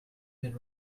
been